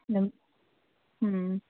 ꯎꯝ ꯎꯝ